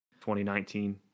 2019